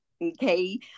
Okay